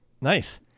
Nice